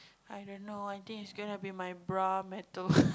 i don't know I think it's going to be my bra metal